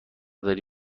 داره